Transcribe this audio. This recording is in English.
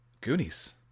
Goonies